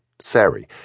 Sari